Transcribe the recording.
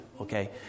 okay